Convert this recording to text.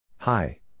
Hi